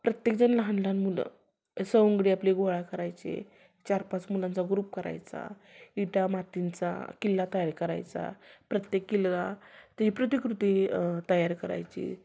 प्रत्येक जण लहान लहान मुलं सवंगडी आपली गोळा करायचे चारपाच मुलांचा ग्रुप करायचा विटामातींचा किल्ला तयार करायचा प्रत्येक किल्ला ती प्रतिकृती तयार करायची